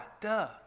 duh